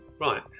Right